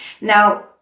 now